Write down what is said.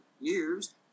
years